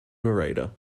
narrator